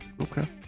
Okay